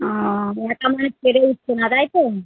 ও একা মানুষ পেরে উঠছো না তাই তো